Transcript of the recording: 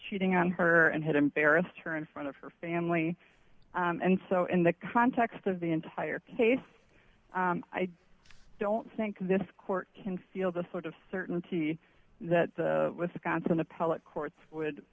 cheating on her and had embarrassed her in front of her family and so in the context of the entire case i don't think this court can feel the sort of certainty that the wisconsin appellate courts would